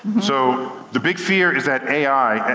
so the big fear is that ai,